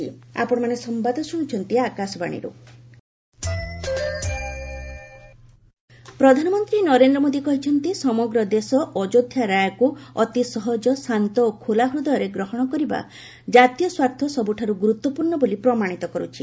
ମନ୍ କି ବାତ୍ ପ୍ରଧାନମନ୍ତ୍ରୀ ନରେନ୍ଦ ମୋଦି କହିଛନ୍ତି ସମଗ୍ର ଦେଶ ଅଯୋଧ୍ୟା ରାୟକୁ ଅତି ସହଜ ଶାନ୍ତ ଓ ଖୋଲା ହୃଦୟରେ ଗ୍ରହଣ କରିବା ଜାତୀୟ ସ୍ୱାର୍ଥ ସବୁଠାରୁ ଗୁରୁତ୍ୱପୂର୍ଣ୍ଣ ବୋଲି ପ୍ରମାଣିତ କରୁଛି